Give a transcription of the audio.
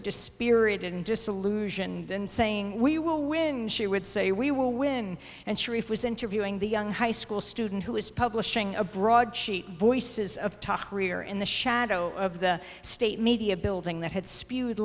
dispirited and disillusioned and saying we will win she would say we will win and sharif was interviewing the young high school student who was publishing a broadsheet voices of top gear in the shadow of the state media building that had spewed